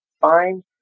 Find